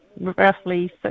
roughly